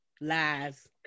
Lies